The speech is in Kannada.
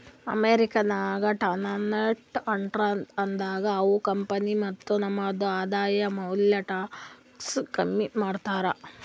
ಅಮೆರಿಕಾ ನಾಗ್ ಡೊನಾಲ್ಡ್ ಟ್ರಂಪ್ ಇದ್ದಾಗ ಅವಾ ಕಂಪನಿ ಮತ್ತ ನಮ್ದು ಆದಾಯ ಮ್ಯಾಲ ಟ್ಯಾಕ್ಸ್ ಕಮ್ಮಿ ಮಾಡ್ಯಾನ್